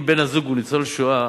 אם בן-הזוג הוא ניצול שואה,